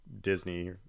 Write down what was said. Disney